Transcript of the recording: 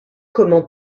comment